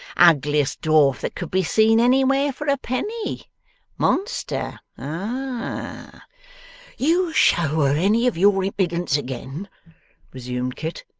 ugliest dwarf that could be seen anywhere for a penny monster ah you show her any of your impudence again resumed kit,